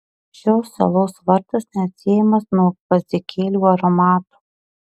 šios salos vardas neatsiejamas nuo gvazdikėlių aromato